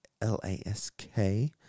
LASK